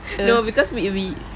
no because we uh we